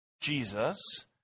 Jesus